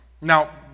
Now